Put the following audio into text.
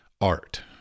art